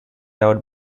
out